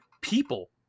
people